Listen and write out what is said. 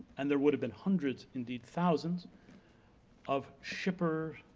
and there would have been hundreds indeed thousands of shippers,